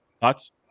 thoughts